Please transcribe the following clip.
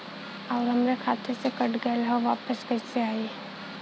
आऊर हमरे खाते से कट गैल ह वापस कैसे आई?